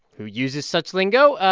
who uses such lingo,